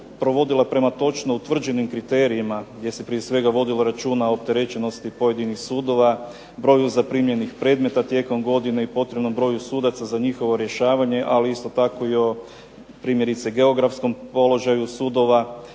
provodila prema točno utvrđenim kriterijima gdje se prije svega vodilo računa o opterećenosti pojedinih sudova, broju zaprimljenih predmeta tijekom godine i potrebnom broju sudaca za njihovo rješavanje ali isto tako i o primjerice geografskom položaju sudova.